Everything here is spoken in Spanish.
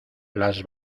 las